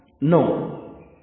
No